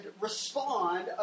respond